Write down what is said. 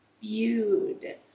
viewed